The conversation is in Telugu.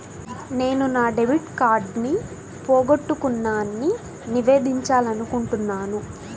నేను నా డెబిట్ కార్డ్ని పోగొట్టుకున్నాని నివేదించాలనుకుంటున్నాను